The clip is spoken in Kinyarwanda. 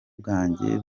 bwanjye